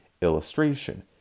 illustration